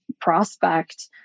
prospect